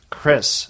Chris